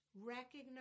Recognize